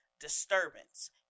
disturbance